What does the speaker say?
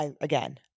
Again